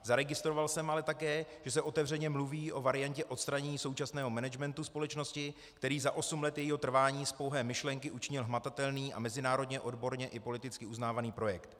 Zaregistroval jsem ale také, že se otevřeně mluví o variantě odstranění současného managementu společnosti, který za osm let jejího trvání z pouhé myšlenky učinil hmatatelný a mezinárodně odborně i politický uznávaný projekt.